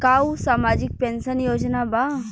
का उ सामाजिक पेंशन योजना बा?